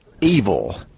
Evil